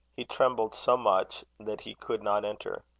he trembled so much that he could not enter.